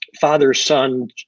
father-son